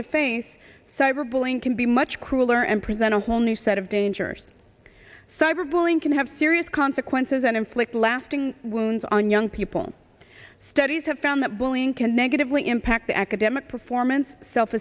to face cyber bullying can be much crueler and present a whole new set of dangers cyber bullying can have serious consequences and inflict lasting wounds on young people studies have found that bullying can negatively impact the academic performance self